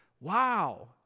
wow